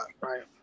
right